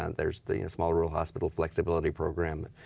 and there's the and small rural hospital flexibility program.